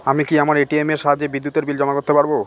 আমি কি আমার এ.টি.এম এর সাহায্যে বিদ্যুতের বিল জমা করতে পারব?